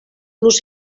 los